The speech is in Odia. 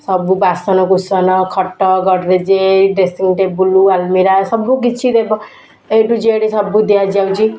ସବୁ ବାସନକୁସନ ଖଟ ଗଡ଼ରେଜ୍ ଡ୍ରେସିଙ୍ଗ୍ ଟେବୁଲ୍ ଆଲମିରା ସବୁ କିଛି ଦେବ ଏ ଠୁ ଜେଡ୍ ସବୁ ଦିଆଯାଉଛି